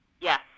Yes